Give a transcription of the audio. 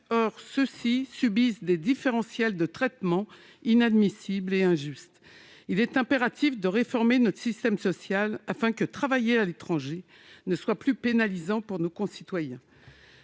Or ils subissent des différentiels de traitement inadmissibles et injustes. Il est impératif de réformer notre système social, afin qu'il ne soit plus pénalisant pour nos concitoyens